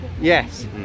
yes